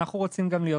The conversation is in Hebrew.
אנחנו רוצים גם להיות.